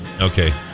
Okay